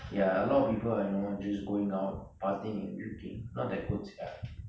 ya a lot of people you know are just going out partying and drinking not that good sia